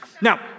Now